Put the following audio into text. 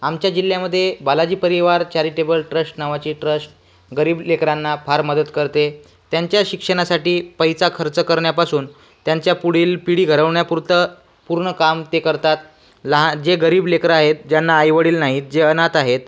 आमच्या जिल्ह्यामध्ये Balaji Parivar charitable trust नावाची ट्रस्ट गरीब लेकरांना फार मदत करते त्यांच्या शिक्षणासाठी पैसा खर्च करण्यापासून त्यांच्या पुढील पिढी घडवण्यापुरतं पूर्ण काम ते करतात लहा जे गरीब लेकरं आहेत ज्यांना आई वडील नाहीत जे अनाथ आहेत